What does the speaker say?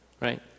right